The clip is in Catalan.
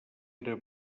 era